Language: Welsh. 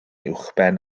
uwchben